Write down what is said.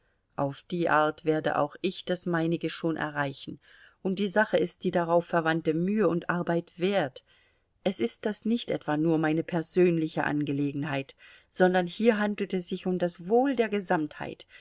auf die art werde auch ich das meinige schon erreichen und die sache ist die darauf verwandte mühe und arbeit wert es ist das nicht etwa nur meine persönliche angelegenheit sondern hier handelt es sich um das wohl der gesamtheit